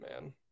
man